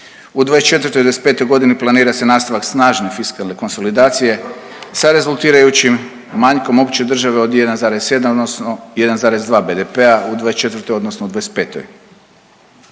U '24. i '25.g. planira se nastavak snažne fiskalne konsolidacije sa rezultirajućim manjkom opće države od 1,7 odnosno 1,2 BDP-a u '24. odnosno '25. Očekuje